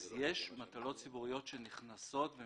אז יש מטלות ציבוריות שנכנסות.